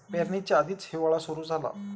पेरणीच्या आधीच हिवाळा सुरू झाला